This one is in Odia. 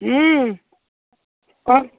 ହଁ କ'ଣ